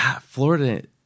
Florida